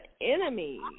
enemy